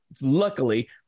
luckily